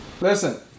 Listen